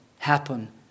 happen